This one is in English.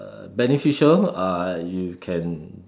uh beneficial uh you can